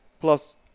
Plus